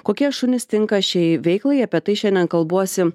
kokie šunys tinka šiai veiklai apie tai šiandien kalbuosi